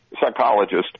psychologist